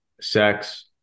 sex